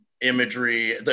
imagery